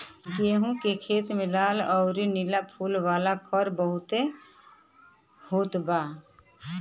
गेंहू के खेत में लाल अउरी नीला फूल वाला खर बहुते होत बाटे